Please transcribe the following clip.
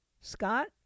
Scott